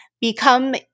become